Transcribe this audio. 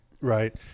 right